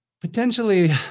potentially